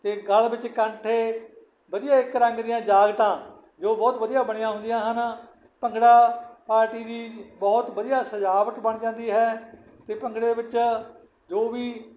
ਅਤੇ ਗੱਲ ਵਿੱਚ ਕੈਂਠੇ ਵਧੀਆ ਇੱਕ ਰੰਗ ਦੀਆਂ ਜਾਗਟਾਂ ਜੋ ਬਹੁਤ ਵਧੀਆ ਬਣੀਆਂ ਹੁੰਦੀਆਂ ਹਨ ਭੰਗੜਾ ਪਾਰਟੀ ਦੀ ਬਹੁਤ ਵਧੀਆ ਸਜਾਵਟ ਬਣ ਜਾਂਦੀ ਹੈ ਅਤੇ ਭੰਗੜੇ ਵਿੱਚ ਜੋ ਵੀ